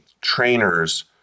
trainers